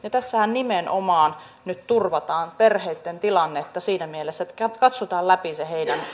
tässähän nimenomaan nyt turvataan perheitten tilannetta siinä mielessä että katsotaan läpi se heidän